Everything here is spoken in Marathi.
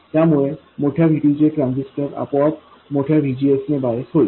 त्यामुळे मोठ्या Vt चे ट्रान्झिस्टर आपोआप मोठ्या VGS ने बायस होईल